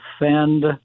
defend